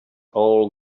all